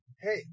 hey